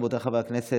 רבותיי חברי הכנסת,